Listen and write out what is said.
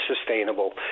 sustainable